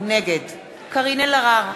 נגד קארין אלהרר,